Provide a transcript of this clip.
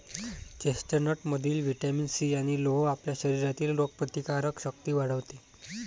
चेस्टनटमधील vitamin C आणि लोह आपल्या शरीरातील रोगप्रतिकारक शक्ती वाढवते